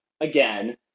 again